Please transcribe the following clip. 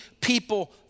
people